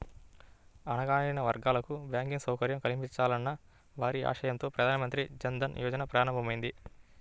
అణగారిన వర్గాలకు బ్యాంకింగ్ సౌకర్యం కల్పించాలన్న భారీ ఆశయంతో ప్రధాన మంత్రి జన్ ధన్ యోజన ప్రారంభమైంది